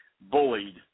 bullied